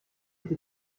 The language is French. été